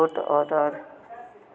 suit order